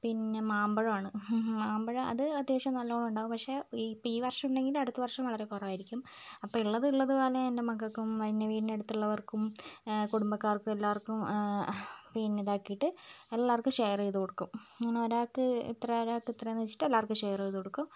പിന്നെ മാമ്പഴമാണ് മാമ്പഴം അത് അത്യാവശ്യം നല്ലോണം ഉണ്ടാവും പക്ഷേ ഇപ്പം ഈ വർഷം ഉണ്ടെങ്കിൽ അടുത്ത വർഷം വളരെ കുറവായിരിക്കും അപ്പോൾ ഉള്ളത് ഉള്ളത് പോലെ എന്റെ മക്കൾക്കും എന്റെ വീടിനടുത്തുള്ളവർക്കും കുടുംബക്കാർക്ക് എല്ലാർക്കും പിന്നെ ഇതാക്കീട്ട് എല്ലാവർക്കും ഷെയർ ചെയ്ത് കൊടുക്കും അങ്ങനെ ഒരാൾക്ക് ഇത്ര ഒരാൾക്ക് ഇത്രന്ന് വെച്ചിട്ട് എല്ലാവർക്കും ഷെയർ ചെയ്ത് കൊടുക്കും